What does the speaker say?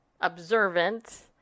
observant